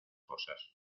cosas